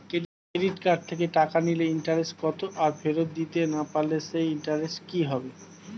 Credit card থেকে টাকা নিলে ইন্টারেস্ট কত আর ফেরত দিতে না পারলে সেই ইন্টারেস্ট কি হবে?